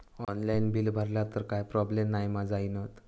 Online bill भरला तर काय प्रोब्लेम नाय मा जाईनत?